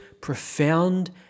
profound